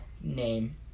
name